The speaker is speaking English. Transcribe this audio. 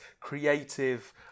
creative